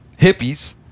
hippies